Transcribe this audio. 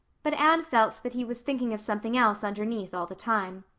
but anne felt that he was thinking of something else underneath all the time.